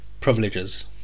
privileges